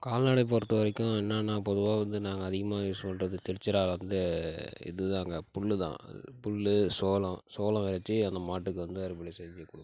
கால்நடை பொறுத்த வரைக்கும் என்னன்னா பொதுவாக வந்து நாங்கள் அதிகமாக யூஸ் பண்ணுறது திருச்சிரால வந்து இதுதாங்க புல் தான் அது புல் சோளம் சோளம் விதச்சி அந்த மாட்டுக்கு வந்து அறுவடை செஞ்சு கொடுப்போம்